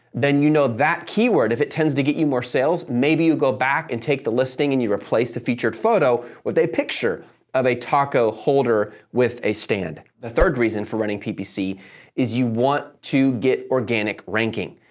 then you know that keyword, if it tends to get you more sales, maybe you go back and take the listing and you replace the featured photo with a picture of a taco holder with a stand. the third reason for running ppc is you want to get organic ranking,